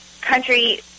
country